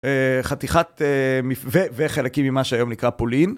חתיכת וחלקים ממה שהיום נקרא פולין